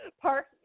Park